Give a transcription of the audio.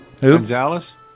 Gonzalez